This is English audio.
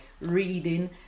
reading